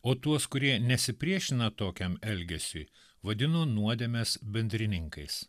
o tuos kurie nesipriešina tokiam elgesiui vadino nuodėmės bendrininkais